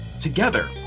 Together